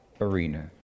arena